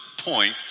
point